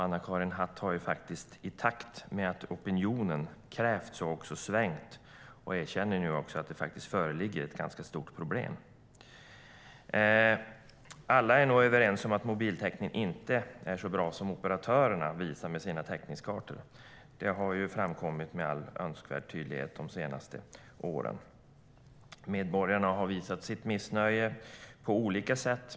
Statsrådet har i takt med att opinionen har krävt detta också svängt, och erkänner nu att det faktiskt föreligger ett ganska stort problem. Alla är nog överens om att mobiltäckningen inte är så bra som operatörerna visar med sina täckningskartor. Det har framkommit med all önskvärd tydlighet de senaste åren. Medborgarna har visat sitt missnöje på olika sätt.